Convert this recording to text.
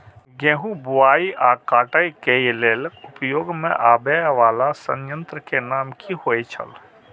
गेहूं बुआई आ काटय केय लेल उपयोग में आबेय वाला संयंत्र के नाम की होय छल?